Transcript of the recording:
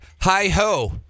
hi-ho